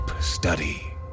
study